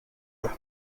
los